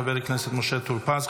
חבר הכנסת משה טור פז,